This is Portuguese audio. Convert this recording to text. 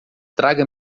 traga